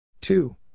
Two